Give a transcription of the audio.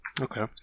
Okay